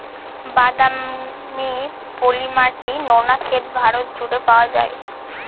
বাদামি, পলি মাটি, নোনা ক্ষেত ভারত জুড়ে পাওয়া যায়